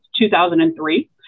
2003